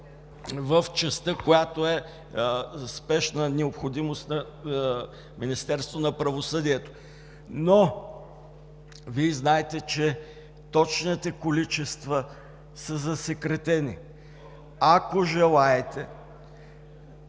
в частта, която е „спешна необходимост на Министерството на правосъдието“. Но Вие знаете, че точните количества са засекретени. Ако желаете,